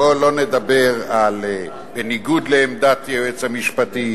בוא לא נדבר על "בניגוד לעמדת היועץ המשפטי".